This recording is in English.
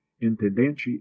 intendente